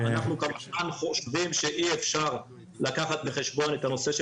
אנחנו כמובן חושבים שאי אפשר לקחת בחשבון את הנושא של